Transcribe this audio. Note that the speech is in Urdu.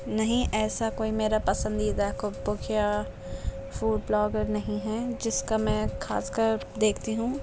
نہیں ایسا کوئی میرا پسندیدہ کک بک یا فوڈ بلاگر نہیں ہے جس کا میں خاص کر دیکھتی ہوں